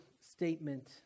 statement